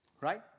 Right